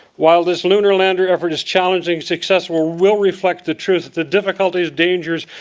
while this lunar lander effort is challenging, success will will reflect the truth, the difficulties, dangers,